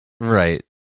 Right